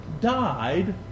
died